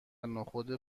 نخود